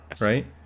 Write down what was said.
right